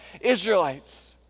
Israelites